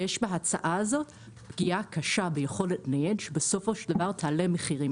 יש בהצעה הזאת פגיעה קשה ביכולת הניוד שבסופו של דבר תעלה את המחירים.